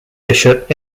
bishop